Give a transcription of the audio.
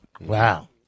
Wow